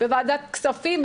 בוועדת כספים,